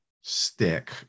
stick